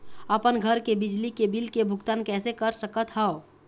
अपन घर के बिजली के बिल के भुगतान कैसे कर सकत हव?